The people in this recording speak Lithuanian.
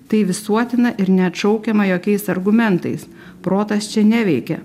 tai visuotina ir neatšaukiama jokiais argumentais protas čia neveikia